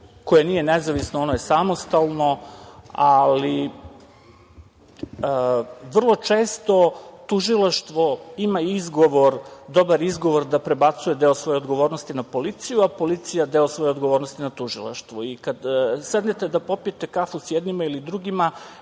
koje nije nezavisno, ono je samostalno, ali vrlo često tužilaštvo ima izgovor, dobar izgovor da prebacuje deo svoje odgovornosti na policiju, a policija deo svoje odgovornosti na tužilaštvo. Kad se sednete da popijete kafu sa jednima ili drugima